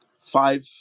five